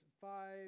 five